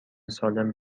سالم